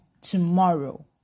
tomorrow